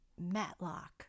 Matlock